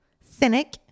cynic